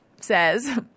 says